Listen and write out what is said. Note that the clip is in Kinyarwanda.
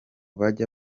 bajya